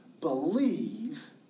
believe